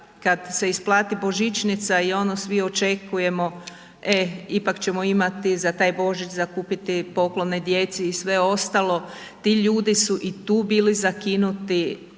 kada se isplati božnićnica i ono svi očekujemo, e ipak ćemo imati za taj Božić za kupiti poklone djeci i sve ostalo, ti ljudi su i tu bili zakinuti,